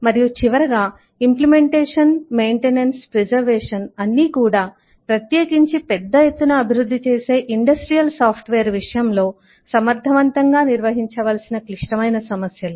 మరియు చివరగా implementation maintenance preservation అన్ని కూడా ప్రత్యేకించి పెద్ద ఎత్తున అభివృద్ధి చేసే ఇండస్ట్రియల్ సాఫ్ట్వేర్ విషయంలో సమర్థవంతంగా నిర్వహించవలసిన క్లిష్టమైన సమస్యలే